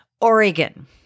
Oregon